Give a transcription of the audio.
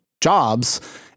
jobs